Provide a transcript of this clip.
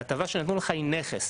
ההטבה שנתנו לך היא נכס.